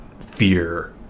fear